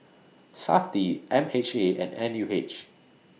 Safti M H A and N U H